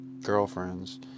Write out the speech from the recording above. girlfriends